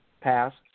passed